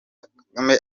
kagame